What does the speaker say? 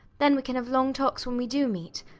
then we can have long talks when we do meet.